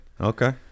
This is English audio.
okay